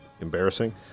embarrassing